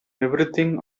everything